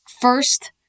first